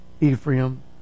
Ephraim